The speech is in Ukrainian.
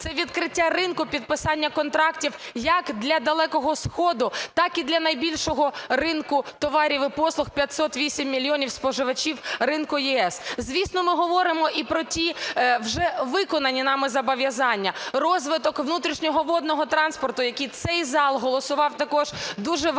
Це відкриття ринку підписання контрактів як для Далекого Сходу, так і для найбільшого ринку товарів і послуг 508 мільйонів споживачів ринку ЄС. Звісно, ми говоримо і про ті вже виконані нами зобов'язання, розвиток внутрішнього водного транспорту, який цей зал голосував також дуже важко,